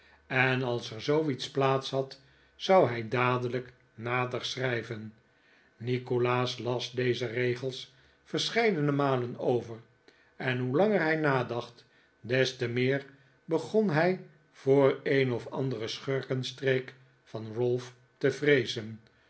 en als er zooiets plaats had zou hij dadelijk nader schrijven nikolaas las deze regels verscheidene malen over en hoe langer hij nadacht des te meer begon hij voor een of anderen schurkenstreek van ralph te vreezen